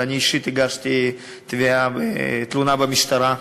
אני אישית הגשתי תביעה ותלונה במשטרה,